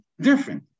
different